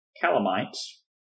calamites